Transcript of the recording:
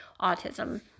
autism